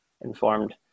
informed